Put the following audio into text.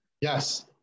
yes